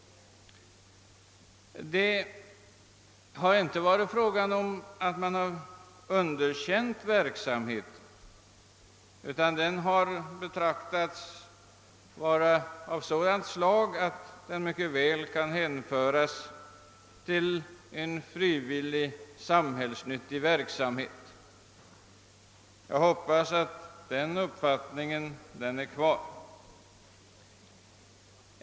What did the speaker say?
Man har dock inte på något sätt underkänt Religionspedagogiska institutets verksamhet, utan den har ansetts mycket väl kunna betraktas som en frivillig samhällsnyttig verksamhet. Jag hoppas att den uppfattningen står kvar.